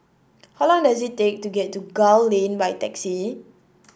how long does it take to get to Gul Lane by taxi